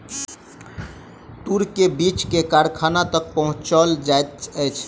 तूर के बीछ के कारखाना तक पहुचौल जाइत अछि